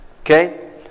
okay